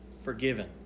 forgiven